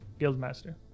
Guildmaster